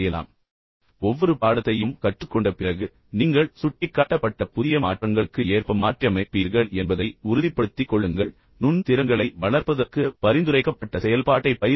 எனவே ஒவ்வொரு நாளும் ஒவ்வொரு பாடத்தையும் கற்றுக்கொண்ட பிறகு நீங்கள் சுட்டிக்காட்டப்பட்ட புதிய மாற்றங்களுக்கு ஏற்ப மாற்றியமைப்பீர்கள் என்பதை உறுதிப்படுத்திக் கொள்ளுங்கள் நுண் திறன்களை வளர்ப்பதற்கு பரிந்துரைக்கப்பட்ட செயல்பாட்டைப் பயிற்சி செய்யுங்கள்